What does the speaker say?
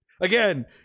Again